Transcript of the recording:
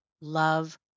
love